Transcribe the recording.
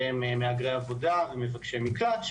שהם מהגרי עבודה ומבקשי מקלט,